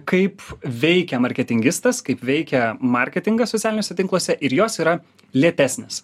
kai veikia marketingistas kaip veikia marketingas socialiniuose tinkluose ir jos yra lėtesnis